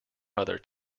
mother